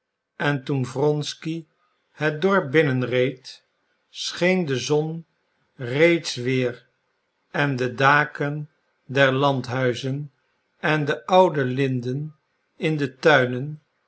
en toen wronsky het dorp binnen reed scheen de zon reeds weer en de daken der landhuizen en de oude linden in de tuinen